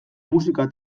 musika